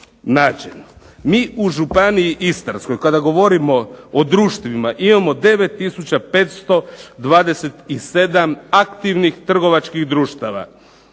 Mi u Županiji istarskoj kada govorimo o društvima imamo 9527 aktivnih trgovačkih društava.